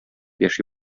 яши